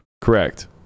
correct